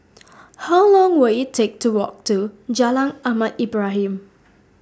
How Long Will IT Take to Walk to Jalan Ahmad Ibrahim